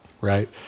right